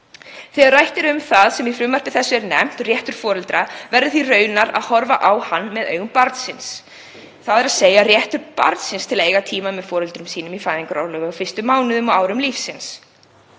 Þegar rætt er um það sem í frumvarpi þessu er nefnt „réttur foreldra“ verður því raunar að horfa á hann með augum barnsins, þ.e. réttur barnsins til að eiga tíma með foreldrum sínum í fæðingarorlofi á fyrstu mánuðum og árum lífsins.